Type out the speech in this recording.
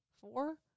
four